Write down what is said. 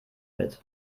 mit